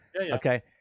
Okay